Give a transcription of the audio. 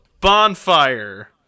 bonfire